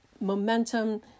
momentum